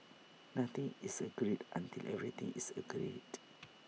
nothing is agreed until everything is agreed